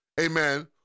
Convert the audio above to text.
Amen